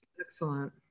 excellent